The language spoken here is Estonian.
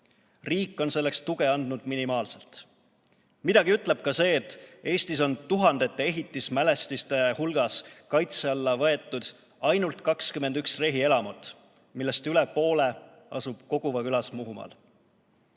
Riik on selleks tuge andnud minimaalselt. Midagi ütleb ka see, et Eestis on tuhandete ehitismälestiste hulgas kaitse alla võetud ainult 21 rehielamut, millest üle poole asub Koguva külas Muhumaal.